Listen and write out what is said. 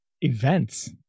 events